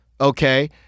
okay